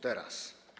Teraz!